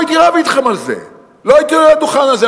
לא הייתי רב אתכם על זה, לא הייתי עולה לדוכן הזה.